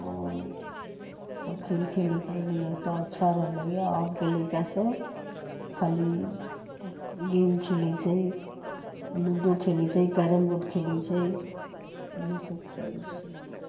सभ खेल खेलैत रहलैया तऽ अच्छा रहलैया अबके लइका सभ खाली गेम खेलैत छै लूडो खेलैत छै कैरम बोर्ड खेलैत छै इएह सभ खेलैत छै